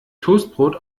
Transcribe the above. toastbrot